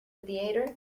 theater